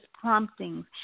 promptings